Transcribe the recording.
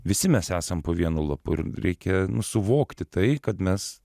visi mes esam po vienu lapu ir reikia nu su suvokti tai kad mes